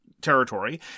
territory